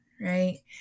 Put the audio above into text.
right